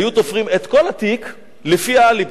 היו תופרים את כל התיק לפי האליבי.